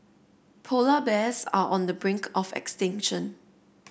polar bears are on the brink of extinction